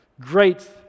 great